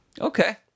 Okay